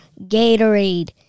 Gatorade